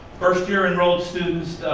first year enrolled students,